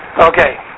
Okay